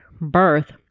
birth